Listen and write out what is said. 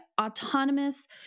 autonomous